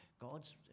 God's